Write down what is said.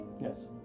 Yes